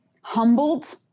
humbled